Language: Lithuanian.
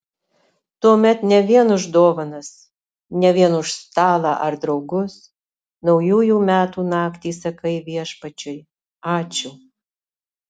tuomet ne vien už dovanas ne vien už stalą ar draugus naujųjų metų naktį sakai viešpačiui ačiū